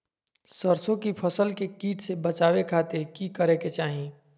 सरसों की फसल के कीट से बचावे खातिर की करे के चाही?